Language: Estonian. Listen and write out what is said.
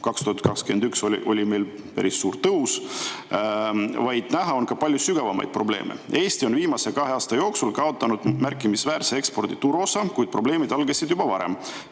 oli meil päris suur tõus –, vaid näha on palju sügavamaid probleeme. "Eesti on viimase kahe aasta jooksul kaotanud märkimisväärse ekspordi turuosa, kuid probleemid algasid juba varem.